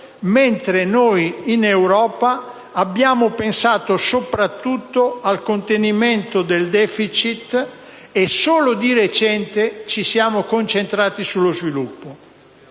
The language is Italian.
mentre noi in Europa abbiamo pensato soprattutto al contenimento del *deficit* e solo di recente ci siamo concentrati sullo sviluppo.